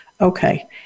Okay